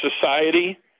society